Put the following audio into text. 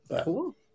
Cool